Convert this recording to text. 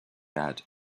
had